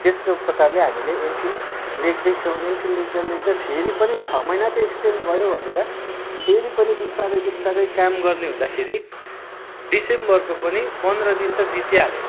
त्यस्तो प्रकारले हामीले एमफिल लेख्दै थियौँ एमफिल लेख्दा लेख्दै फेरि पनि छ महिना त एक्सटेन्ड भयो भनेर फेरि पनि बिस्तारै बिस्तारै काम गर्ने हुँदाखेरि डिसेम्बरको पनि पन्ध्र दिन त बितिहालेछ